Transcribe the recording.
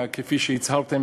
כפי שהצהרתם,